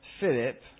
Philip